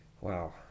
Wow